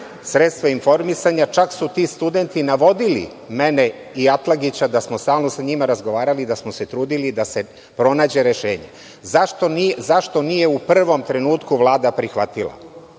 sredstva informisanja, čak su ti studenti navodili mene i Atlagića da smo stalno sa njima razgovarali i da smo se trudili da se pronađe rešenje. Zašto nije u prvom trenutku Vlada prihvatila?